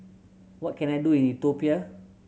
what can I do in Ethiopia